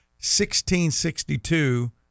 1662